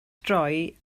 droi